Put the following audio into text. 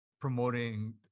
promoting